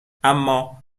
اما